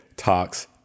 talks